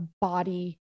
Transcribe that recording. body